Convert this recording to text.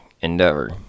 endeavor